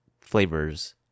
flavors